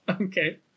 okay